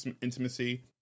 intimacy